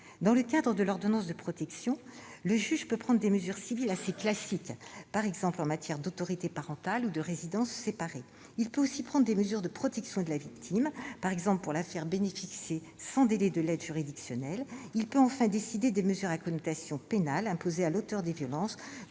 Dans le cadre de l'ordonnance de protection, le juge peut prendre des mesures civiles assez classiques, par exemple en matière d'autorité parentale ou de résidence séparée. Il peut aussi prendre des mesures de protection de la victime, par exemple pour la faire bénéficier, sans délai, de l'aide juridictionnelle. Il peut enfin décider de mesures à connotation pénale, imposées à l'auteur des violences,